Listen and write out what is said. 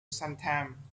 sometime